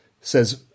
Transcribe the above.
says